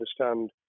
understand